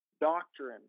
doctrine